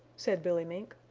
said billy mink.